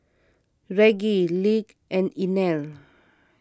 Reggie Lige and Inell